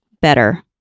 better